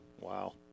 Wow